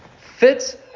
Fits